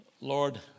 Lord